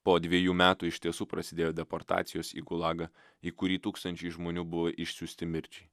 po dviejų metų iš tiesų prasidėjo deportacijos į gulagą į kurį tūkstančiai žmonių buvo išsiųsti mirčiai